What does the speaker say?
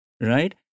right